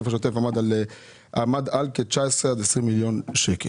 השוטף עמד על כ-19 עד 20 מיליון שקלים".